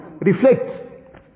reflect